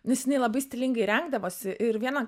nes jinai labai stilingai rengdavosi ir vieną